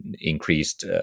increased